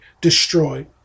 destroyed